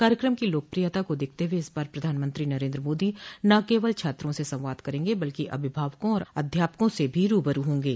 कार्यक्रम की लोकप्रियता को देखते हुए इस बार प्रधानमंत्री नरेन्द्र मोदी न केवल छात्रों से संवाद करेंगे बल्कि अभिभावकों और अध्यापकों से भी रू ब रू होंगे